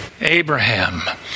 Abraham